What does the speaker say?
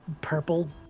purple